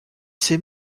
ces